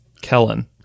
Kellen